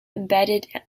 embedded